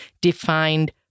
defined